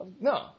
No